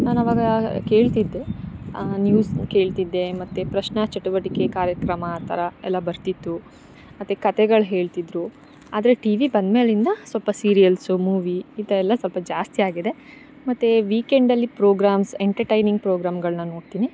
ನಾನು ಅವಾಗ ಕೇಳ್ತಿದ್ದೆ ನ್ಯೂಸ್ ಕೇಳ್ತಿದ್ದೆ ಮತ್ತು ಪ್ರಶ್ನೆ ಚಟುವಟಿಕೆ ಕಾರ್ಯಕ್ರಮ ಆ ಥರ ಎಲ್ಲ ಬರ್ತಿತ್ತು ಮತ್ತು ಕತೆಗಳು ಹೇಳ್ತಿದ್ದರು ಆದರೆ ಟಿ ವಿ ಬಂದ ಮೇಲಿಂದ ಸ್ವಲ್ಪ ಸಿರಿಯಲ್ಸು ಮೂವಿ ಇಂಥವೆಲ್ಲ ಸ್ವಲ್ಪ ಜಾಸ್ತಿಯಾಗಿದೆ ಮತ್ತು ವೀಕೆಂಡಲ್ಲಿ ಪ್ರೋಗ್ರಾಮ್ಸ್ ಎಂಟರ್ಟೈನಿಂಗ್ ಪ್ರೋಗ್ರಾಮ್ಗಳನ್ನ ನೋಡ್ತೀನಿ